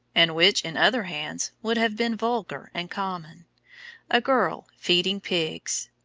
and which, in other hands, would have been vulgar and common a girl feeding pigs.